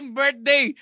birthday